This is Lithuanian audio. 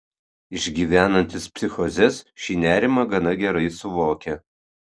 išgyvenantys psichozes šį nerimą gana gerai suvokia